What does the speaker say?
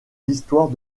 l’histoire